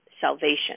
salvation